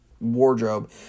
wardrobe